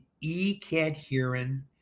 E-cadherin